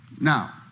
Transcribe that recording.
Now